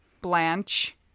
Blanche